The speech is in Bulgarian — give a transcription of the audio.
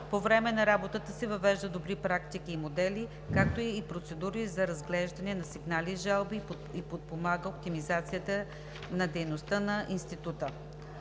По време на работата си въвежда добри практики и модели, както и процедури за разглеждане на сигнали и жалби и подпомага оптимизацията на дейността на Института.